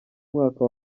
mwaka